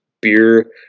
beer